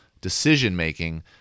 decision-making